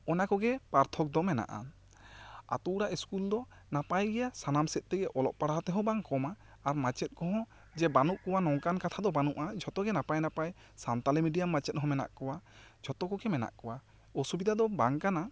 ᱚᱱᱟ ᱠᱚ ᱜᱮ ᱯᱟᱨᱛᱷᱚᱠ ᱫᱚ ᱢᱮᱱᱟᱜᱼᱟ ᱟᱛᱳ ᱚᱲᱟᱜ ᱤᱥᱠᱩᱞ ᱫᱚ ᱱᱟᱯᱟᱭ ᱜᱮᱭᱟ ᱥᱟᱱᱟᱢ ᱥᱮᱫ ᱛᱮ ᱚᱞᱚᱜ ᱯᱟᱲᱦᱟᱜ ᱛᱮᱦᱚᱸ ᱵᱟᱝ ᱠᱚᱢᱟ ᱟᱨ ᱢᱟᱪᱮᱫ ᱠᱚᱦᱚᱸ ᱡᱮ ᱵᱟᱹᱱᱩᱜ ᱠᱚᱣᱟ ᱱᱚᱝᱠᱟᱱ ᱠᱟᱛᱷᱟ ᱫᱚ ᱵᱟᱹᱱᱩᱜᱼᱟ ᱡᱷᱚᱛᱚ ᱜᱮ ᱱᱟᱯᱟᱭ ᱱᱟᱯᱟᱭ ᱥᱟᱱᱛᱟᱲᱤ ᱢᱤᱰᱤᱭᱟᱢ ᱢᱟᱪᱮᱫ ᱦᱚᱸ ᱢᱮᱱᱟᱜ ᱠᱚᱣᱟ ᱡᱷᱚᱛᱚ ᱠᱚᱜᱮ ᱢᱮᱱᱟᱜ ᱠᱚᱣᱟ ᱚᱥᱚᱵᱤᱫᱟ ᱫᱚ ᱵᱟᱝ ᱠᱟᱱᱟ